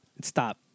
Stop